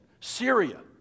Syria